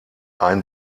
ein